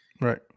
Right